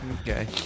Okay